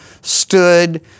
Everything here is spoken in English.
stood